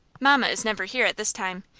mamma is never here at this time.